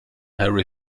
harry